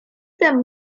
tem